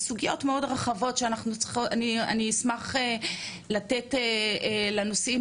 אלה סוגיות מאוד רחבות שאני אשמח לתת לנושאים